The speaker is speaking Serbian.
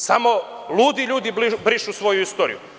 Samo ludi ljudi brišu svoju istoriju.